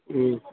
ہوں